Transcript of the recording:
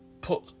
put